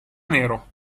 nero